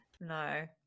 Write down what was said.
No